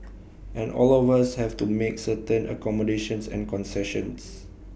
and all of us have to make certain accommodations and concessions